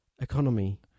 Economy